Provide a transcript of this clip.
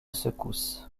secousse